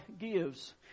gives